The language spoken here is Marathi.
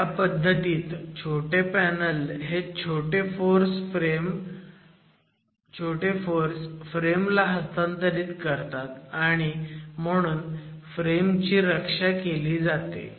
या पद्धतीत छोटे पॅनल हे छोटे फोर्स फ्रेम ला हस्तांतरित करतात आणि म्हणून फ्रेम ची रक्षा केली जाते